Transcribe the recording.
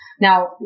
Now